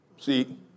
See